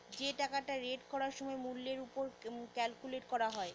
যে টাকাটা রেট করার সময় মূল্যের ওপর ক্যালকুলেট করা হয়